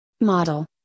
Model